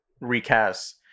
recast